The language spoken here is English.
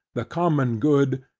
the common good,